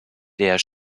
der